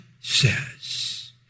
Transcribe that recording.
says